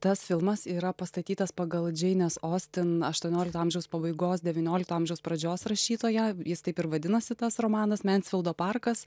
tas filmas yra pastatytas pagal džeinės ostin aštuoniolikto amžiaus pabaigos devyniolikto amžiaus pradžios rašytoją jis taip ir vadinasi tas romanas mensvildo parkas